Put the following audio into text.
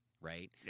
right